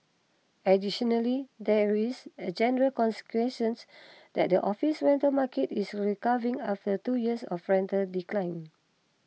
additionally there is a general consensus that the office rental market is recovering after two years of rental decline